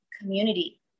community